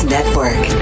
Network